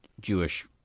Jewish